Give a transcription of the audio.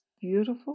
beautiful